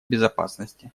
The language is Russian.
безопасности